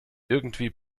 irgendwie